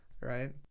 Right